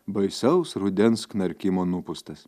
baisaus rudens knarkimo nupūstas